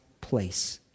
place